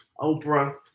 Oprah